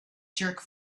jerk